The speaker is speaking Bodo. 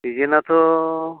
डिजेनाथ'